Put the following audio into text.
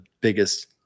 biggest